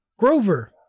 Grover